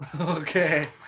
Okay